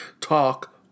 talk